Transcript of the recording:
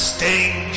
Sting